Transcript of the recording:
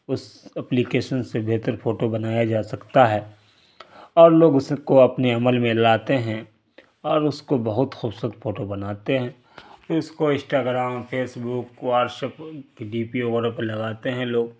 اس application سے بہتر photo بنایا جا سکتا ہے اور لوگ اس کو اپنے عمل میں لاتے ہیں اور اس کو بہت خوبصورت فوٹو بناتے ہیں پھر اس کو Instagram Facebook WhatsApp کی ڈی پی وغیرہ پہ لگاتے ہیں لوگ